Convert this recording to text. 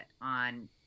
on